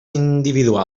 individuals